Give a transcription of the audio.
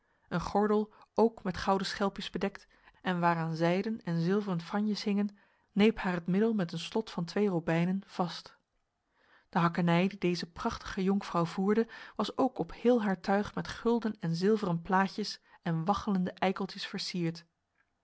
een gordel ook met gouden schelpjes bedekt en waaraan zijden en zilveren franjes hingen neep haar het middel met een slot van twee robijnen vast de hakkenij die deze prachtige jonkvrouw voerde was ook op heel haar tuig met gulden en zilveren plaatjes en waggelende eikeltjes versierd